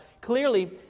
clearly